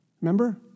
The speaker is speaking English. remember